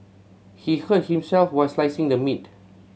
he hurt himself while slicing the meat